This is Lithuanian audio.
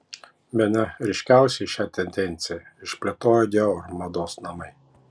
bene ryškiausiai šią tendenciją išplėtojo dior mados namai